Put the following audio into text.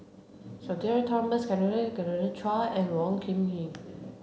Sudhir Thomas Vadaketh Genevieve Chua and Wong Hung Khim